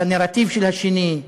את הנרטיב של השני,